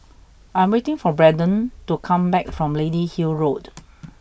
I'm waiting for Brendan to come back from Lady Hill Road